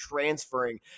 Transferring